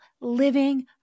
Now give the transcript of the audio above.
living